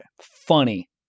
Funny